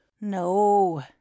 no